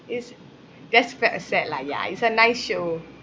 is that's felt sad lah ya it's a nice show